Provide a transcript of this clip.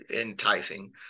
enticing